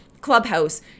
Clubhouse